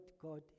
God